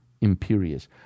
Imperious